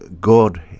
God